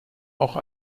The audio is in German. auch